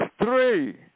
three